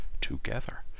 together